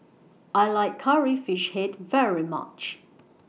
I like Curry Fish Head very much